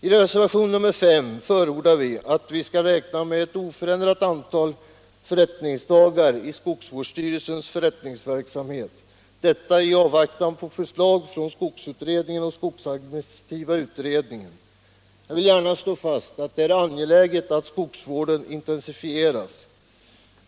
I reservationen 5 förordar vi ett oförändrat antal förrättningsdagar i skogsvårdsstyrelsernas förrättningsverksamhet — detta i avvaktan på förslag från skogsutredningen och skogsadministrativa utredningen. Jag vill gärna slå fast att det är angeläget att skogsvården intensifieras.